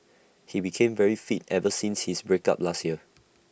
he became very fit ever since his break up last year